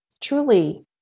truly